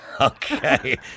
Okay